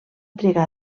trigar